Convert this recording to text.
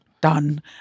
Done